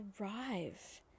arrive